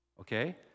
Okay